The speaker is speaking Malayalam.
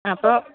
അ അപ്പോൾ